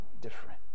different